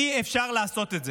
אי-אפשר לעשות את זה.